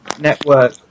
network